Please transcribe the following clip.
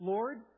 Lord